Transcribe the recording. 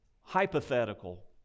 hypothetical